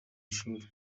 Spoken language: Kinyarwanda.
ishuri